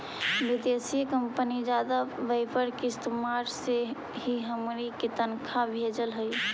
विदेशी कंपनी जादा पयेपल के इस्तेमाल से ही हमनी के तनख्वा भेजऽ हइ